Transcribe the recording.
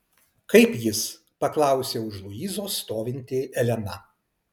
kaip jis paklausė už luizos stovinti elena